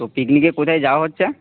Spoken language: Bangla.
তো পিকনিকে কোথায় যাওয়া হচ্ছে